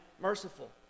merciful